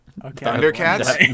Thundercats